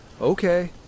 okay